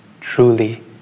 truly